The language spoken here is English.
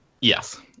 Yes